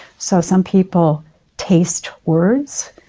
so some people taste words.